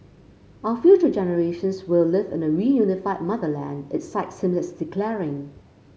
our future generations will live in a reunified motherland it cites him as declaring